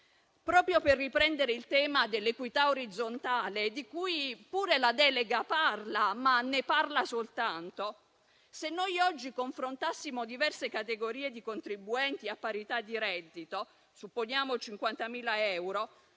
Proprio per riprendere il tema dell'equità orizzontale, di cui pure la delega parla - anche se ne parla soltanto - se noi oggi confrontassimo diverse categorie di contribuenti a parità di reddito (poniamo 50.000 euro),